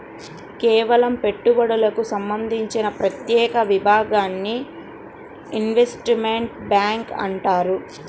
కేవలం పెట్టుబడులకు సంబంధించిన ప్రత్యేక విభాగాన్ని ఇన్వెస్ట్మెంట్ బ్యేంకింగ్ అంటారు